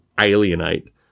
alienate